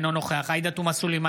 אינו נוכח עאידה תומא סלימאן,